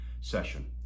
session